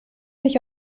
mich